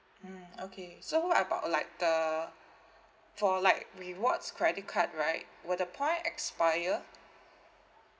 mm okay so what about like the for like rewards credit card right will the points expire